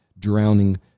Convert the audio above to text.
drowning